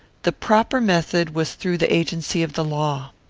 the proper method was through the agency of the law.